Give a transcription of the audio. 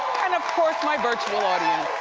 and of course my virtual audience.